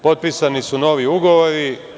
Potpisani su novi ugovori.